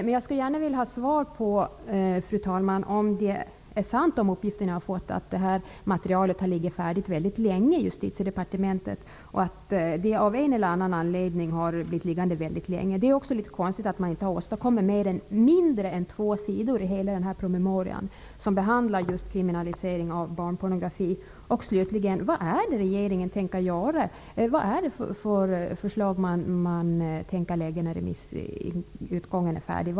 Men jag skulle gärna vilja ha svar på, fru talman, om de uppgifter jag har fått är sanna, att det här materialet av en eller annan anledning har blivit liggande färdigt väldigt länge i Justitiedepartementet. Det är också litet konstigt att man har åstadkommit mindre än två sidor i hela den promemoria som behandlar just kriminalisering av barnpornografi. Slutligen: Vad är det regeringen tänker göra? Vad är det för förslag man tänker lägga fram när remissomgången är färdig?